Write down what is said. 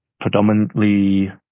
predominantly